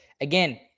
again